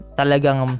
talagang